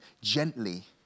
gently